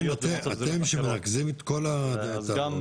אתם שמרכזים את הכל,